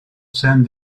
scène